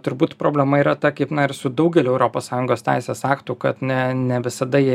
turbūt problema yra ta kaip na ir su daugeliu europos sąjungos teisės aktų kad ne ne visada jie